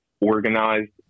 organized